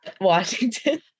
Washington